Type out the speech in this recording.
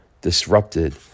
disrupted